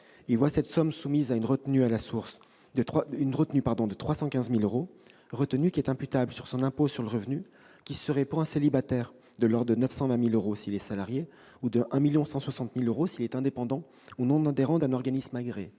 d'euros. Cette somme est soumise à une retenue de 315 000 euros, imputable sur son impôt sur le revenu, lequel serait, pour un célibataire, de l'ordre de 920 000 euros s'il est salarié ou de 1,160 million d'euros s'il est indépendant ou non-adhérent d'un organisme agréé.